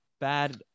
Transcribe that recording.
bad